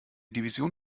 division